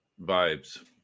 Vibes